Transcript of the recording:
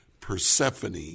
Persephone